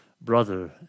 brother